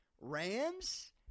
Rams